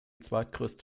zweitgrößte